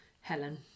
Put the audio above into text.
helen